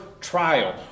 trial